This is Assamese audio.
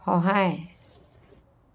সহায়